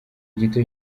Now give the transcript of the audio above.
gito